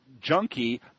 junkie